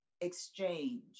exchange